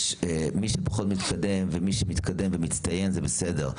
מי שפחות מתקדם ומי שמתקדם ומצטיין, זה בסדר.